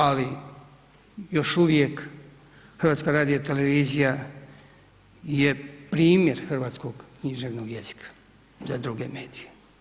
Ali još uvijek HRT je primjer hrvatskog književnog jezika za druge medije.